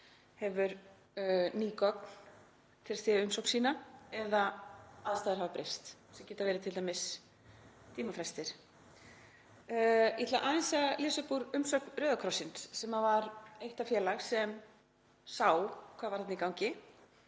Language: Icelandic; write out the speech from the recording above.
hefur ný gögn til að styðja umsókn sína eða aðstæður hafa breyst, sem geta verið t.d. tímafrestir. Ég ætla aðeins að lesa upp úr umsögn Rauða krossins, sem var eitt það félag sem sá hvað var þarna í gangi